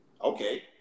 Okay